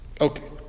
Okay